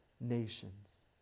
nations